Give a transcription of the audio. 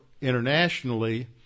internationally